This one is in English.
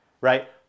right